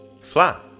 Flat